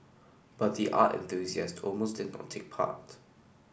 but the art enthusiast almost did not take part